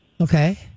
Okay